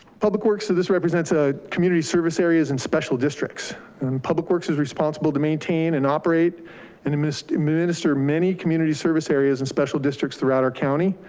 public works, so this represents ah community service areas and special districts and public works is responsible to maintain and operate and administer administer many community service areas and special districts throughout our county.